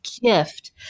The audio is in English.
gift